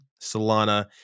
Solana